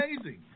amazing